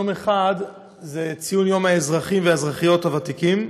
יום אחד זה לציון יום האזרחים והאזרחיות הוותיקים,